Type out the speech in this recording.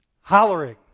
Hollering